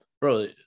bro